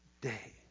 day